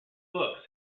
books